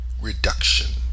reduction